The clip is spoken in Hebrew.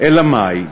אלא מאי?